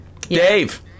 Dave